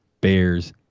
Bears